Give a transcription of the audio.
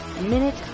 minute